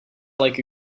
like